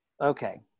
okay